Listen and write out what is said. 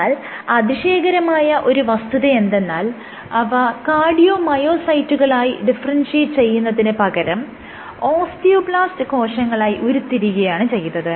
എന്നാൽ അതിശയകരമായ ഒരു വസ്തുതയെന്തെന്നാൽ അവ കാർഡിയോമയോസൈറ്റുകളായി ഡിഫറെൻഷിയേറ്റ് ചെയ്യുന്നതിന് പകരം ഓസ്റ്റിയോബ്ലാസ്റ്റ് കോശങ്ങളായി ഉരുത്തിരിയുകയാണ് ചെയ്തത്